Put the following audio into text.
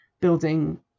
building